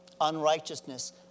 unrighteousness